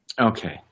Okay